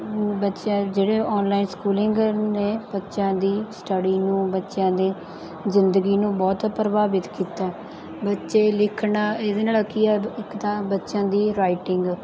ਬੱਚਿਆਂ ਜਿਹੜੇ online schooling ਨੇ ਬੱਚਿਆਂ ਦੀ ਸਟੱਡੀ ਨੂੰ ਬੱਚਿਆਂ ਦੇ ਜ਼ਿੰਦਗੀ ਨੂੰ ਬਹੁਤ ਪ੍ਰਭਾਵਿਤ ਕੀਤਾ ਬੱਚੇ ਲਿਖਣਾ ਇਹਦੇ ਨਾਲ ਕੀ ਹੈ ਇੱਕ ਤਾਂ ਬੱਚਿਆਂ ਦੀ ਰਾਈਟਿੰਗ